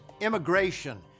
immigration